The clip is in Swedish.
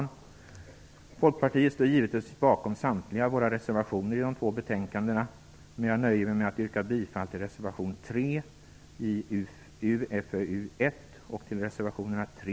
Vi i Folkpartiet står givetvis bakom samtliga våra reservationer i de två betänkandena, men jag nöjer mig med att yrka bifall till reservation 3